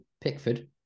Pickford